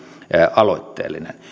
aloitteellinen